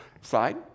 slide